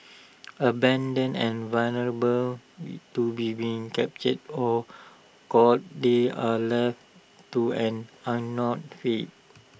abandoned and vulnerable to being captured or culled they are left to an unknown fate